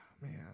Man